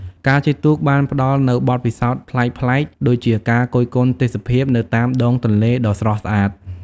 ការជិះទូកបានផ្តល់នូវបទពិសោធន៍ប្លែកៗដូចជាការគយគន់ទេសភាពនៅតាមដងទន្លេដ៏ស្រស់ស្អាត។